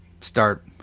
start